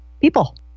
people